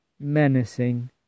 Menacing